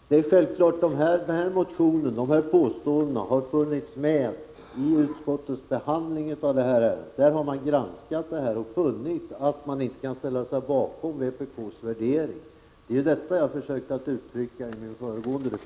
Herr talman! Självfallet har de påståenden som görs i motionen funnits med vid utskottets behandling av ärendet. Utskottet har granskat uppgifterna och funnit att det inte kunnat ställa sig bakom vpk:s värdering. Det var detta jag försökte uttrycka i min föregående replik.